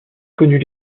connut